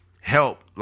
help